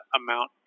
amount